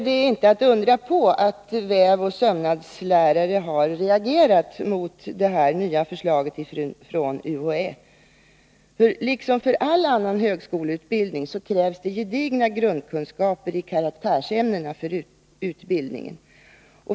Det är inte att undra på att vävoch sömnadslärare har reagerat mot detta nya förslag från UHÄ. Liksom för all annan högskoleutbildning krävs det gedigna grundkunskaper i karaktärsämnena för utbildningen.